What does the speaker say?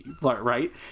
right